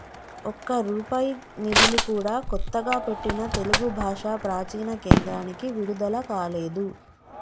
ఒక్క రూపాయి నిధులు కూడా కొత్తగా పెట్టిన తెలుగు భాషా ప్రాచీన కేంద్రానికి విడుదల కాలేదు